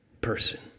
person